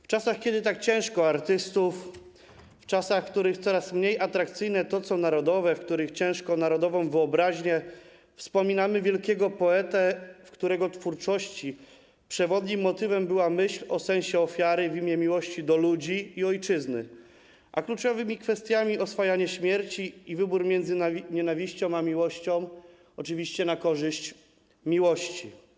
W czasach, kiedy tak ciężko o artystów, w czasach, w których coraz mniej atrakcyjne jest to, co narodowe, w których ciężko o narodową wyobraźnię, wspominamy wielkiego poetę, w którego twórczości przewodnim motywem była myśl o sensie ofiary w imię miłości do ludzi i ojczyzny, a kluczowymi kwestiami - oswajanie śmierci i wybór między nienawiścią a miłością, oczywiście na korzyść miłości.